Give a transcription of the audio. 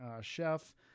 chef